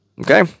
Okay